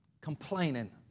Complaining